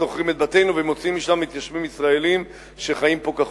שוכרים את בתינו ומוציאים משם מתיישבים ישראלים שחיים פה כחוק.